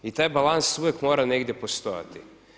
I taj balans uvijek mora negdje postojati.